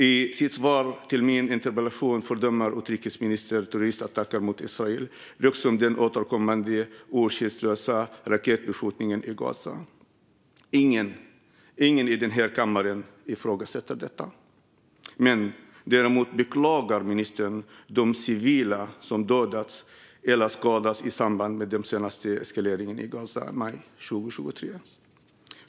I sitt svar på min interpellation fördömer utrikesministern terroristattacker mot Israel liksom den återkommande urskillningslösa raketbeskjutningen i Gaza. Ingen i den här kammaren ifrågasätter detta. Däremot uttrycker ministern att han beklagar att civila dödats eller skadats i samband med den senaste eskaleringen i Gaza i maj 2023.